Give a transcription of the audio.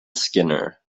skinner